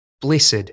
Blessed